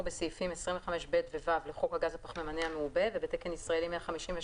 בסעיפים 25(ב) ו- (ו) לחוק הגז הפחמימני המעובה ובת"י 158,